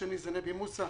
והשני זה נבי מוסא,